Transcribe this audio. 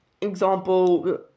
example